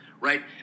right